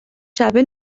شبه